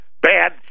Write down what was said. bad